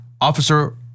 Officer